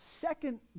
second